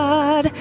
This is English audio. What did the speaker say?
God